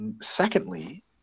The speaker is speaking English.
Secondly